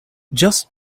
just